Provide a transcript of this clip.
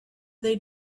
they